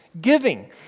giving